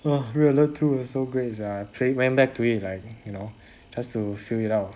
!wah! red alert two was so great sia I played went back to it like you know just to feel it out